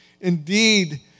Indeed